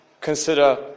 consider